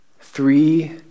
Three